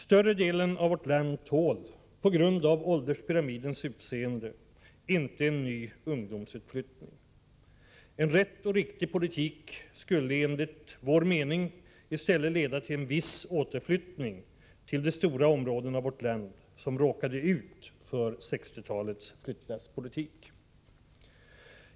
Större delen av vårt land tål inte, på grund av ålderspyramidens utseende, en ny ungdomsutflyttning. En rätt och riktig politik skulle enligt centerns mening i stället leda till en viss återflyttning till de stora områden av vårt land som råkade ut för 1960-talets flyttlasspolitik.